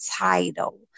title